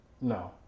No